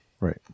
Right